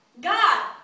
God